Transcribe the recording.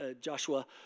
Joshua